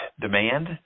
demand